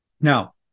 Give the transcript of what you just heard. Now